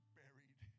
buried